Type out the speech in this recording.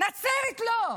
נצרת לא.